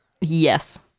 Yes